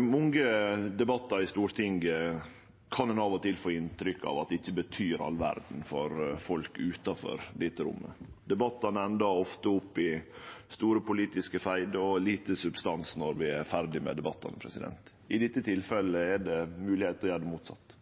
Mange debattar i Stortinget kan ein av og til få inntrykk av at ikkje betyr all verda for folk utanfor dette rommet. Det endar ofte opp i store politiske feidar og lite substans når vi er ferdige med debattane. I dette tilfellet er det mogleg å gjere det